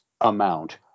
amount